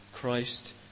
Christ